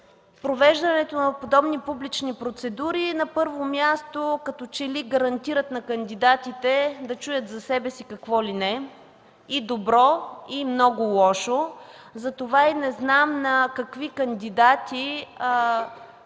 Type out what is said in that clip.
провеждането на подобни публични процедури, на първо място, като че ли гарантира на кандидатите да чуят за себе си какво ли не – и добро, и много лошо. Затова и не знам, първо, какви кандидати